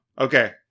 Okay